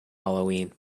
halloween